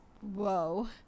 whoa